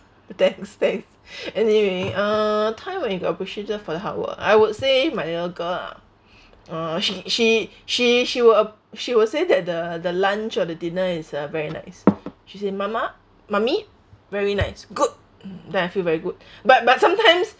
thanks thanks anyway uh time when you got appreciated for the hard work I would say my little girl ah uh she she she she will she will say that the the lunch or the dinner is uh very nice she say mama mummy very nice good then I feel very good but but sometimes